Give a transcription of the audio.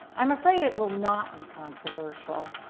i am afraid it will not be controversial.